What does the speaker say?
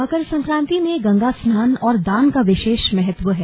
मकर संक्रांति में गंगा स्नान और दान का विशेष महत्व है